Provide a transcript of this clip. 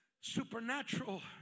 supernatural